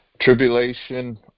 Tribulation